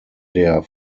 der